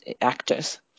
actors